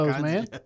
man